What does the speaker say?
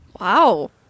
Wow